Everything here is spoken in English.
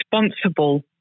responsible